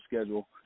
schedule